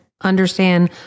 understand